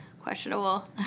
questionable